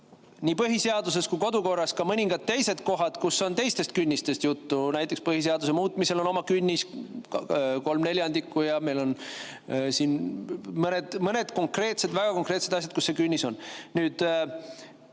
nii põhiseaduses kui kodukorras ka mõningad teised kohad, kus on teistest künnistest juttu. Näiteks põhiseaduse muutmisel on oma künnis, kolm neljandikku. Meil on siin mõned väga konkreetsed asjad, kus see künnis on. Ei